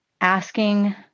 asking